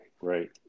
right